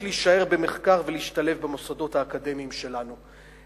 להישאר במחקר ולהשתלב במוסדות האקדמיים שלנו.